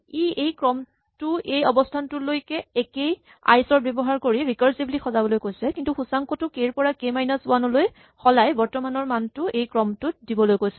ই এই ক্ৰমটো এই অৱস্হানটোলৈকে একেই আইচৰ্ট ব্যৱহাৰ কৰি ৰিকাৰছিভলী সজাবলৈ কৈছে কিন্তু সূচাংকটো কে ৰ পৰা কে মাইনাচ ৱান লৈ সলাই বৰ্তমানৰ মানটো এই ক্ৰমটোত দিবলৈ কৈছে